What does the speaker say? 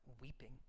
Weeping